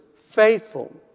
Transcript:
faithful